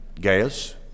Gaius